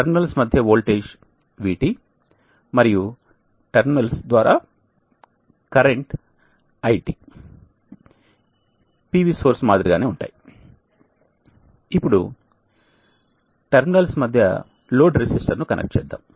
terminals మధ్య voltage VT మరియు terminals ద్వారా కరెంట్ IT PV సోర్స్ లో మాదిరిగానే ఉంటాయి ఇప్పుడు టెర్మినల్స్ మధ్య లోడ్ రెసిస్టర్ను కనెక్ట్ చేద్దాం